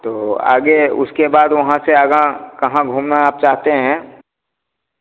तो आगे उसके बाद वहाँ से आगा कहाँ घूमना चाहते हैं